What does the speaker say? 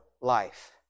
life